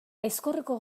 aizkorriko